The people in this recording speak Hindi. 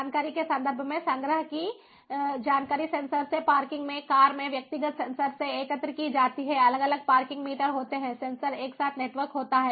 जानकारी के संदर्भ में संग्रह की जानकारी सेंसर से पार्किंग में कार में व्यक्तिगत सेंसर से एकत्र की जाती है अलग अलग पार्किंग मीटर होते हैं सेंसर एक साथ नेटवर्क होते हैं